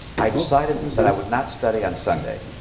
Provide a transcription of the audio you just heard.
i decided that i would not study on sunday.